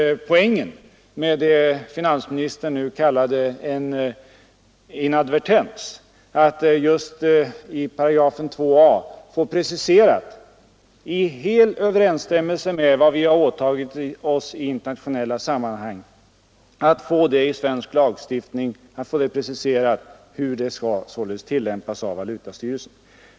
Poängen med det finansministern nu kallar en inadvertens är just att i §2a få preciserat — i full överensstämmelse med vad Sverige har åtagit sig i internationella sammanhang — hur lagen skall tillämpas av valutastyrelsen.